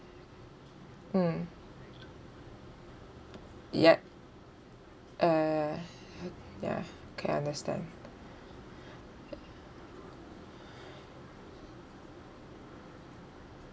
mm yup uh h~ ya okay understand